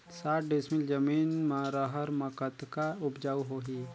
साठ डिसमिल जमीन म रहर म कतका उपजाऊ होही?